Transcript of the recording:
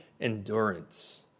endurance